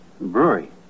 Brewery